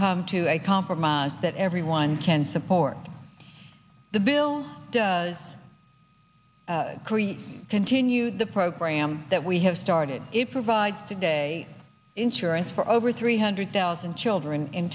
come to a compromise that everyone can support the bill does create continue the program that we have started it provides today insurance for over three hundred thousand children in